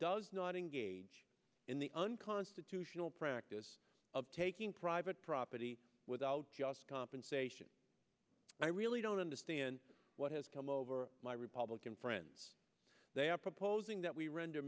does not engage in the unconstitutional practice of taking private property without just compensation and i really don't understand what has come over my republican friends they are proposing that we ren